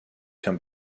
can